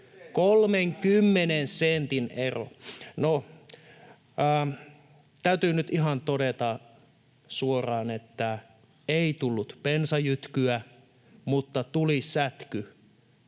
kävi?] No, täytyy nyt ihan todeta suoraan, että ei tullut bensajytkyä, mutta tuli sätky